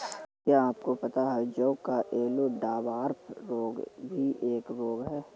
क्या आपको पता है जौ का येल्लो डवार्फ रोग भी एक रोग है?